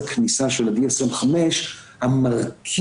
איזו גישה טיפולית או שיקומית שהיא גנרית,